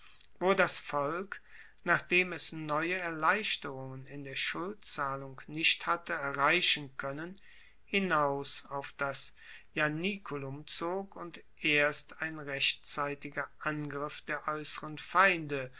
wo das volk nachdem es neue erleichterungen in der schuldzahlung nicht hatte erreichen koennen hinaus auf das ianiculum zog und erst ein rechtzeitiger angriff der aeusseren feinde